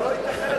לא ייתכן,